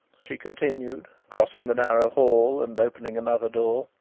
she continued, crossing the narrow hall and opening another door.